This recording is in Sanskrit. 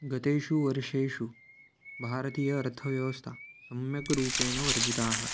गतेषु वर्षेषु भारतीय अर्थव्यवस्था सम्यक् रूपेण वर्धिताः